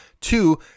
two